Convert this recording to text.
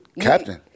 captain